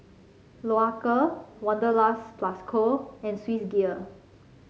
Loacker Wanderlust Plus Co and Swissgear